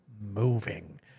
moving